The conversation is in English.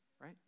right